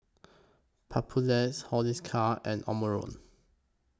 Papulex and Omron